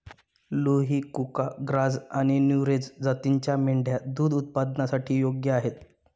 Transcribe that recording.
लुही, कुका, ग्राझ आणि नुरेझ जातींच्या मेंढ्या दूध उत्पादनासाठी योग्य आहेत